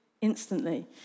instantly